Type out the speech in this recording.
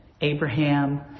Abraham